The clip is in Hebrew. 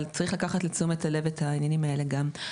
אבל צריך לקחת לתשומת הלב את העניינים האלה גם.